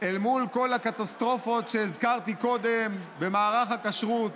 אל מול כל הקטסטרופות שהזכרתי קודם במערך הכשרות,